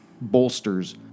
bolsters